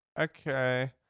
Okay